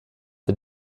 den